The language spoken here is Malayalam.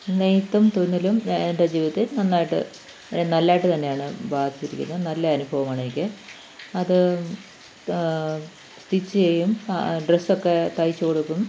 നെയ്ത്തും തുന്നലും എൻ്റെ ജീവിതത്തിൽ നന്നായിട്ട് നല്ലതായിട്ട് തന്നെയാണ് ബാധിച്ചിരിക്കുന്നത് നല്ല അനുഭവമാണെനിക്ക് അത് സ്റ്റിച്ച് ചെയ്യും ഡ്രസ്സ് ഒക്കെ തയ്ച്ചു കൊടുക്കും